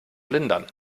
lindern